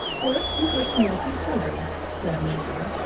bert, you get the milk and sugar, said nan,